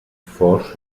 forts